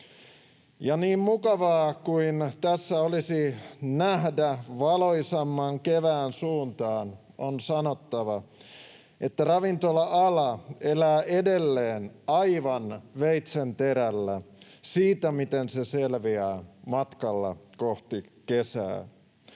Ja niin mukavaa kuin tässä olisi nähdä valoisamman kevään suuntaan, on sanottava, että ravintola-ala elää edelleen aivan veitsenterällä siinä, miten se selviää matkalla kohti kesää.